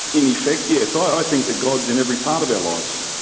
in effect yes. i think that god's in every part of our lives,